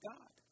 God